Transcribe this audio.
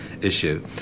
issue